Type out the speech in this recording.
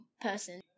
person